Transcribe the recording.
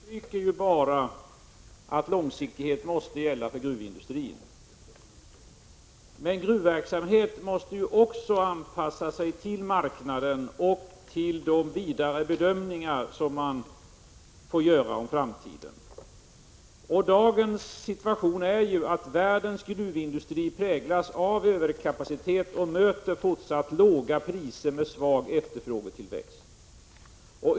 Herr talman! Vad Lars-Ove Hagberg sade understryker bara att långsiktighet måste gälla för gruvindustrin. Men gruvverksamheten måste också anpassa sig till marknaden och till de vidare bedömningar som man gör när det gäller framtiden. Dagens gruvindustri präglas av överkapacitet och möter fortsatt låga priser och svag efterfrågetillväxt.